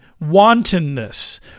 wantonness